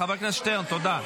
חבר הכנסת שטרן, תודה.